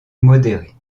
modérée